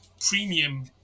premium